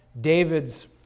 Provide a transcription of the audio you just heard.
David's